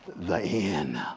the end.